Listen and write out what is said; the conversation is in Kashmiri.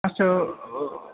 تۄہہِ چھو